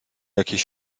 jakieś